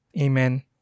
amen